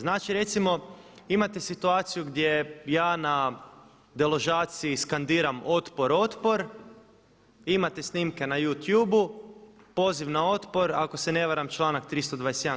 Znači recimo imate situaciju gdje ja na deložacija skandiram „Otpor, otpor“ imate snimke na You Tubeu poziv na otpor ako se ne varam članak 321.